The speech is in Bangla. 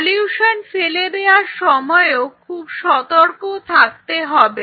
সলিউশন ফেলে দেয়ার সময়ও খুব সতর্ক থাকতে হবে